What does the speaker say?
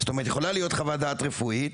זאת אומרת יכולה להיות חוות דעת רפואית,